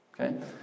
Okay